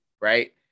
Right